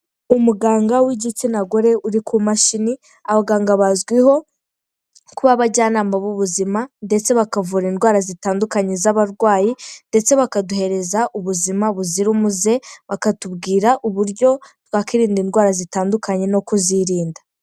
Umuganga w'igitsina gore uri ku mashini, abaganga bazwiho kuba abajyanama b'ubuzima ndetse bakavura indwara zitandukanye z'abarwayi ndetse bakaduhereza ubuzima buzira umuze, bakatubwira uburyo twakwirinda indwara zitandukanye no kuzirinda.